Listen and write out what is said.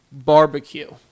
Barbecue